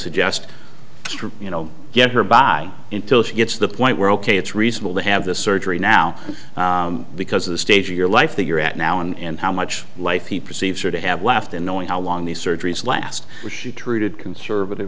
suggest you know get her buy in till she gets the point where ok it's reasonable to have the surgery now because the stage of your life that you're at now and how much life he perceives her to have left and knowing how long these surgeries last was she treated conservative